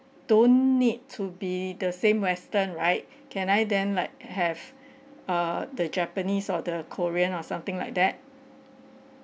don't need to be the same western right can I then like have uh the japanese or the korean or something like that